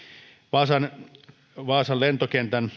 vaasan vaasan lentokentän